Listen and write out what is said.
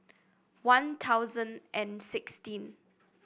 One Thousand and sixteen